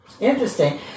Interesting